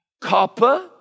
Copper